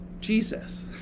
Jesus